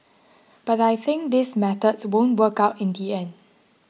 but I think these methods won't work out in the end